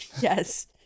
Yes